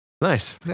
Nice